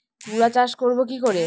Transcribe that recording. তুলা চাষ করব কি করে?